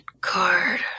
card